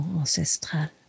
ancestrale